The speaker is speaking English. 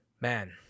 man